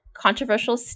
Controversial